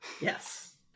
Yes